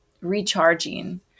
Recharging